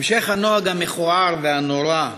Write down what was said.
המשך הנוהג המכוער והנורא,